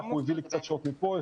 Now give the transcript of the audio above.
הוא הביא לי קצת שעות מפה,